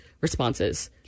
responses